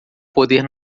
poder